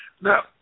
Now